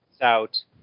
out